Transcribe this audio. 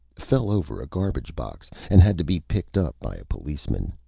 fell over a garbage box, and had to be picked up by a policeman.